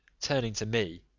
turning to me,